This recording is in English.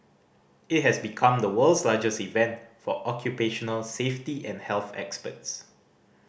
it has become the world's largest event for occupational safety and health experts